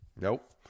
Nope